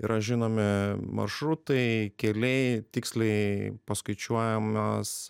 yra žinomi maršrutai keliai tiksliai paskaičiuojamas